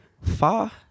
far